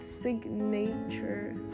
signature